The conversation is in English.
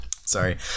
sorry